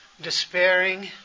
despairing